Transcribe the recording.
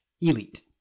Elite